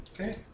Okay